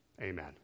Amen